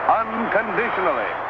unconditionally